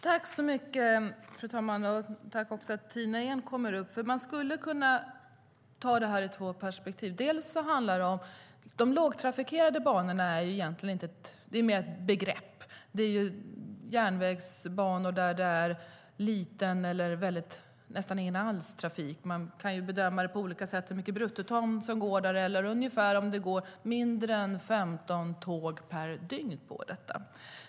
Fru talman! Tack också för att Tina Ehn går upp i debatten. Man skulle kunna se på frågan i två perspektiv. De lågtrafikerade banorna är mer ett begrepp. Det är järnvägsbanor där det är liten trafik eller nästan ingen trafik alls. Man kan bedöma det på olika sätt, till exempel hur många bruttoton som transporteras där eller om det går mindre än 15 tåg per dygn på banan.